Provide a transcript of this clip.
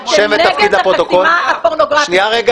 אתם נגד חסימת פורנוגרפיה, נקודה.